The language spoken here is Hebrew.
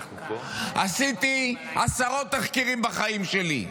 עשיתי עשרות תחקירים בחיים שלי,